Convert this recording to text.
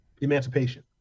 emancipation